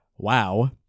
wow